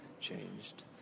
changed